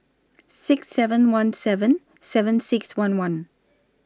six seven one seven seven six one one